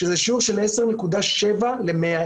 שזה שיעור של 10.7 ל-100,000.